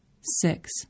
Six